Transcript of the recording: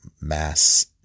mass